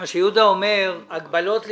היושב ראש, זה יבוא בחשבון.